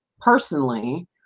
personally